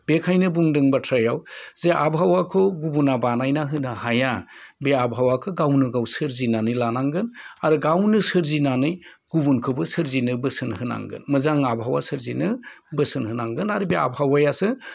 बेखायनो बुंदों बाथ्रायाव जे आबहावाखौ गुबुना बानायना होनो हाया बे आबहावाखो गावनो गाव सोरजिनानै लानांगोन आरो गावनो सोरजिनानै गुबुनखोबो सोरजिनो बोसोन होनांगोन मोजां आबहावा सोरजिनो बोसोन होनांगोन आरो बे आबहावायासो